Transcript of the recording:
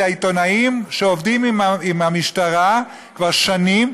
העיתונאים שעובדים עם המשטרה כבר שנים,